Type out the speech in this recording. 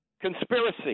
Conspiracy